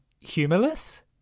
humorless